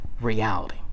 reality